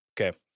Okay